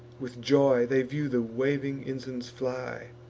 with joy they view the waving ensigns fly,